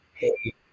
hey